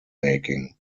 making